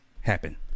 happen